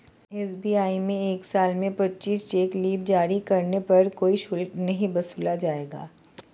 SBI में एक साल में पच्चीस चेक लीव जारी करने पर कोई शुल्क नहीं वसूला जाएगा